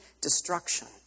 destruction